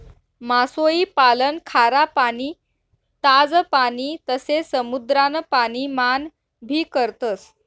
मासोई पालन खारा पाणी, ताज पाणी तसे समुद्रान पाणी मान भी करतस